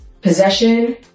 possession